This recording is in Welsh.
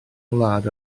wlad